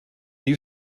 you